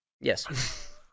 Yes